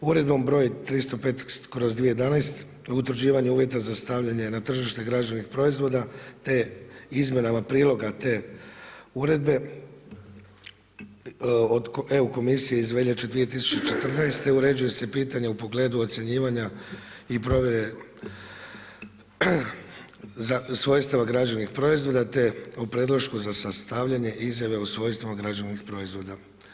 Uredbom broj 305/2011 utvrđivanje uvjeta za stavljanje na tržište građevnih proizvoda, te izmjenama priloga te uredbe od EU Komisije iz veljače 2014. uređuje se pitanje u pogledu ocjenjivanja i provjere svojstava građevnih proizvoda, te o predlošku za sastavljanje izjave u svojstvima građevnih proizvoda.